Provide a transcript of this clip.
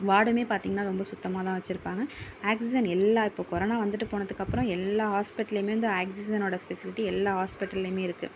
வார்டுமே பார்த்தீங்கன்னா ரொம்ப சுத்தமாக தான் வெச்சுருப்பாங்க ஆக்சிஜன் எல்லாம் இப்போ கொரோனா வந்துவிட்டு போனதுக்கப்புறம் எல்லா ஹாஸ்பிட்டல்லேயுமே வந்து ஆக்சிஜனோடய ஃபெசிலிட்டி எல்லா ஹாஸ்பிட்டல்லேயுமே இருக்குது